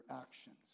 actions